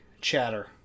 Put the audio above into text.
chatter